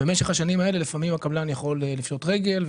במשך השנים הקבלן יכול לפשוט רגל,